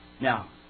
now